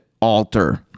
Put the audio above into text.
alter